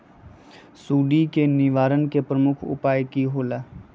सुडी के निवारण के प्रमुख उपाय कि होइला?